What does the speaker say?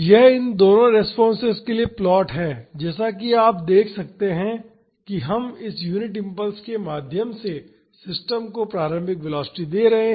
यह इन दोनों रेस्पॉन्सेस के लिए प्लॉट है जैसा कि आप देख सकते हैं कि हम इस यूनिट इम्पल्स के माध्यम से सिस्टम को प्रारंभिक वेलोसिटी दे रहे हैं